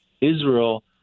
Israel